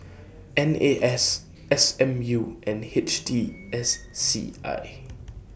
N A S S M U and H T S C I